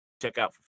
checkout